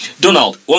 Donald